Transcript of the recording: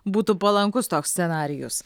būtų palankus toks scenarijus